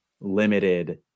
limited